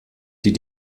die